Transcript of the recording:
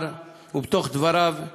ובתוך דבריו הזכיר: